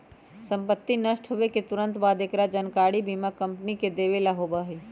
संपत्ति नष्ट होवे के तुरंत बाद हमरा एकरा जानकारी बीमा कंपनी के देवे ला होबा हई